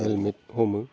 helmet हमो